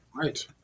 Right